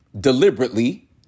deliberately